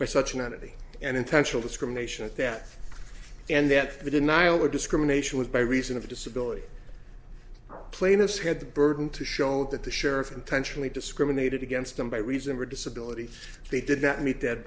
by such an entity and intentional discrimination at that and that the denial of discrimination was by reason of disability plaintiffs had the burden to show that the sheriff intentionally discriminated against them by reason for disability they did not meet that